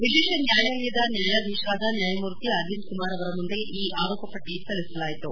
ವಿಶೇಷ ನ್ಯಾಯಾಲಯದ ನ್ಯಾಯಾಧೀಶರಾದ ನ್ಯಾಯಮೂರ್ತಿ ಅರವಿಂದ್ ಕುಮಾರ್ ಅವರ ಮುಂದೆ ಈ ಅರೋಪಟ್ಟಿಯನ್ನು ಸಲ್ಲಿಸಲಾಯಿತು